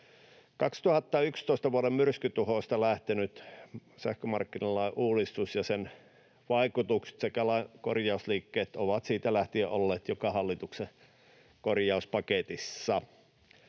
2011 myrskytuhoista lähtenyt sähkömarkkinalain uudistus ja sen vaikutukset sekä lain korjausliikkeet ovat siitä lähtien olleet joka hallituksen korjauspaketissa.